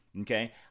Okay